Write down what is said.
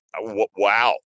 wow